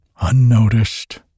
unnoticed